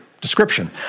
description